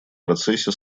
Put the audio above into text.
процессе